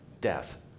death